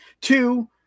two